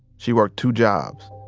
she worked two jobs.